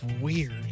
weird